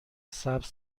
سبز